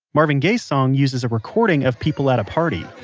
marvin gaye's song uses a recording of people at a party.